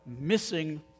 missing